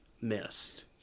missed